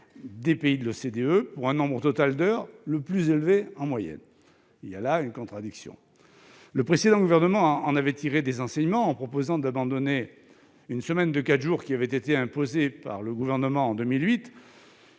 de jours d'école pour un nombre total d'heures plus élevé en moyenne. Il y a là une contradiction. Le précédent gouvernement en avait tiré des enseignements en proposant d'abandonner la semaine de quatre jours, telle qu'elle avait été imposée par le Gouvernement en 2008,